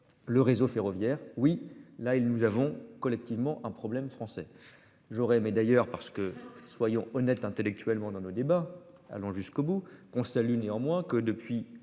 Le réseau ferroviaire. Oui là il nous avons collectivement un problème français. J'aurais aimé d'ailleurs parce que soyons honnêtes intellectuellement dans nos débats allant jusqu'au bout qu'on salue néanmoins que depuis